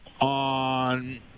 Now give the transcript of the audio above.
on